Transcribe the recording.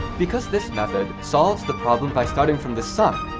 because this method solves the problem by starting from the sum,